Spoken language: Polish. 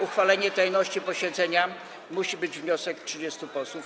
Uchwalenie tajności posiedzenia - musi być wniosek 30 posłów.